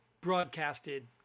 broadcasted